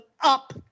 up